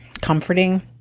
comforting